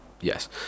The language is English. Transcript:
Yes